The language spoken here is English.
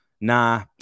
Nah